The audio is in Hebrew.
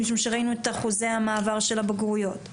משום שראינו את אחוזי המעבר של הבגרויות.